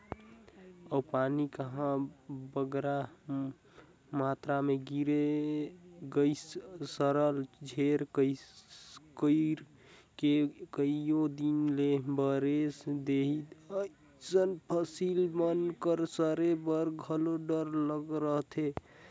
अउ पानी कहांे बगरा मातरा में गिर गइस सरलग झेर कइर के कइयो दिन ले बरेस देहिस अइसे में फसिल मन कर सरे कर घलो डर रहथे